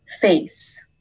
face